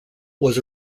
was